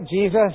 Jesus